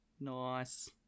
Nice